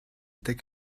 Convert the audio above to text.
deg